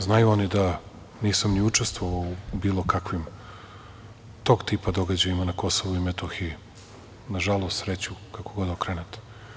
Znaju oni da nisam ni učestvovao u bilo kakvim tog tipa događajima na Kosovu i Metohiji, nažalost, sreću, kako god okrenete.